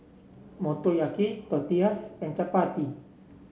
Motoyaki Tortillas and Chapati